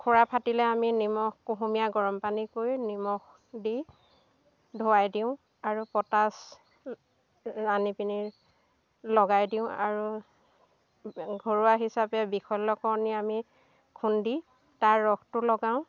খুৰা ফাটিলে আমি নিমখ কুহুমীয়া গৰম পানী কৰি নিমখ দি ধুৱাই দিওঁ আৰু পটাছ আনি পিনি লগাই দিওঁ আৰু ঘৰুৱা হিচাপে বিশল্য়কৰণী আমি খুন্দি তাৰ ৰসটো লগাওঁ